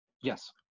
Yes